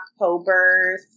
October